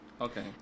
Okay